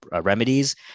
remedies